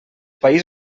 país